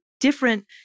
different